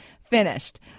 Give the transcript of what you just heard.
finished